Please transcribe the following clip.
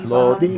Lord